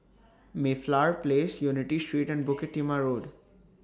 Mayflower Place Unity Street and Bukit Timah Road